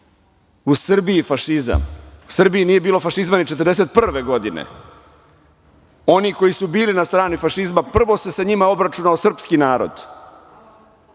U Srbiji nije bilo fašizma ni 1941. godine. Oni koji su bili na strani fašizma, prvo se sa njima obračunao srpski narod.